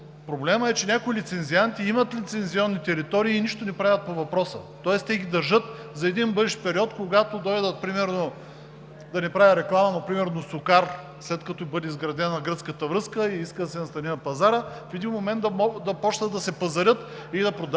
проблемът е, че някои лицензианти имат лицензионни територии и нищо не правят по въпроса, тоест те ги държат за един бъдещ период, когато дойде например SOCAR, да не правя реклама, след като бъде изградена гръцката връзка и иска да се настани на пазара, в един момент да започнат да се пазарят и да продават